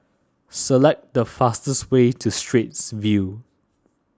select the fastest way to Straits View